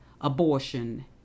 abortion